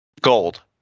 gold